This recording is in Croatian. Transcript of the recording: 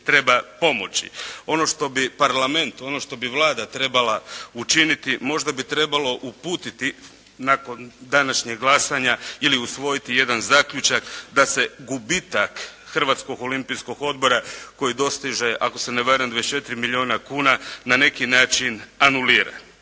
treba pomoći, ono što bi Parlament, ono što bi Vlada trebala učiniti, možda bi trebalo uputiti nakon današnjeg glasanja ili usvojiti jedan zaključak da se gubitak Hrvatskog olimpijskog odbora koji dostiže, ako se ne varam 24 milijuna kuna na neki način anulira.